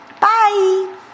Bye